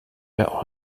der